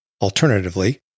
Alternatively